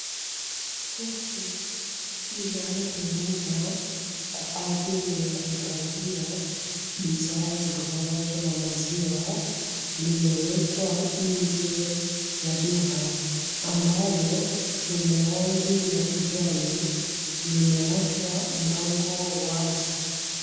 Jokofu linalotumika kwaajili ya kuhifadhia bidhaa zitokanazo na maziwa limewekwa nje ya duka ambalo lina rangi ya kijani limeachwa mlango wazi.